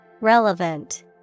Relevant